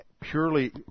purely